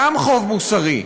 גם חוב מוסרי,